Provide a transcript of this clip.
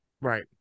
right